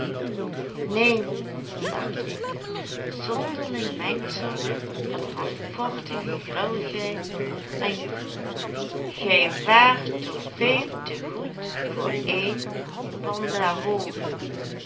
neen dacht ik zonderling mengsel van hardvochtige grilligheid en gevoel gij waart toch veel te goed voor een van der hoogen